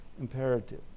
imperative